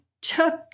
took